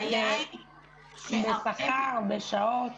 בשכר, בשעות?